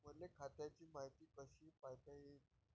मले खात्याची मायती कशी पायता येईन?